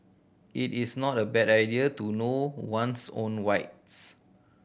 it is not a bad idea to know one's own rights